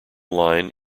line